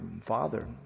father